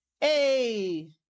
hey